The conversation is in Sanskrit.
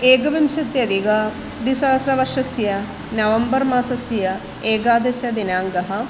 एकविंशत्यधिकं द्विसहस्रवर्षस्य नवम्बर् मासस्य एकादशदिनाङ्कः